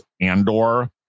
Andor